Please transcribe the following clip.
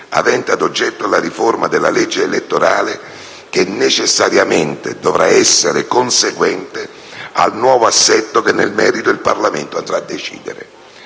aventi ad oggetto la riforma della legge elettorale che necessariamente dovrà essere conseguente al nuovo assetto che nel merito il Parlamento andrà a decidere.